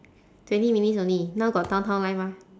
twenty minutes only now got downtown line mah